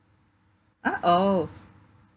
ah oh